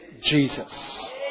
Jesus